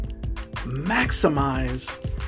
maximize